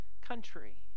country